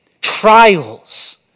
Trials